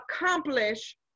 accomplish